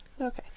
Okay